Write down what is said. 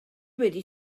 wedi